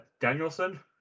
Danielson